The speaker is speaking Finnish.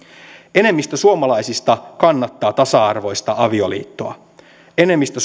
enemmistö suomalaisista kannattaa tasa arvoista avioliittoa enemmistö